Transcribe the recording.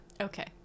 Okay